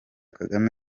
kagame